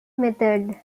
method